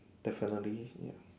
the salary ya